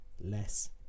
less